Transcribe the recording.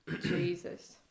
Jesus